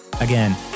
again